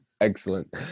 Excellent